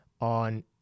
on